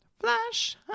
Flash